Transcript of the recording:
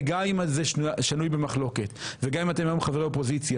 וגם אם זה שנוי במחלוקת וגם אם היום אתם חברי אופוזיציה,